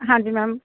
ਹਾਂਜੀ ਮੈਮ